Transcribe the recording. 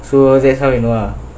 so that's how you know uh